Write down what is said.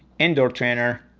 indoor trainer,